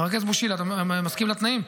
חבר הכנסת בוסקילה, אתה מסכים לתנאים?